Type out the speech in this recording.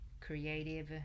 creative